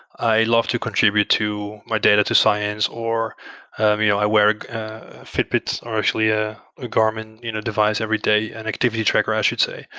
i love to contribute to my data to science, or um you know i wear a fitbit, or actually a garmin you know device every day, an activity tracker i should say,